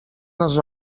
les